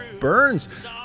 Burns